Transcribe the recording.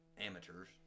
amateurs